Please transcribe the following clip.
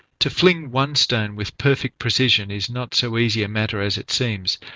to fling one stone with perfect precision is not so easy a matter as it seems,